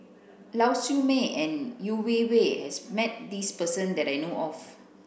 Lau Siew Mei and Yeo Wei Wei has met this person that I know of